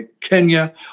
Kenya